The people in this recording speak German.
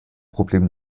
problem